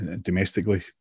domestically